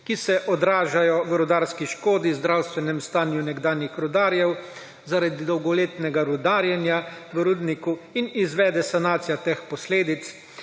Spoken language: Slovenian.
ki se odražajo v rudarski škodi, zdravstvenem stanju nekdanjih rudarjev zaradi dolgoletnega rudarjenja v rudniku, in izvede sanacija teh posledic.